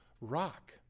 rock